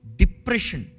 depression